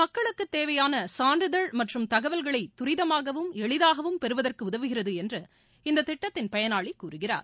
மக்களுக்கு தேவையான சான்றிதழ் மற்றும் தகவல்களை தரிதமாகவும் எளிதாகவும் பெறுவதற்கு உதவும் என்று இந்த திட்டத்தின் பயனாளி கூறுகிறார்